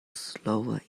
slower